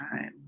time